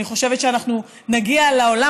אני חושבת שאנחנו נגיע לעולם,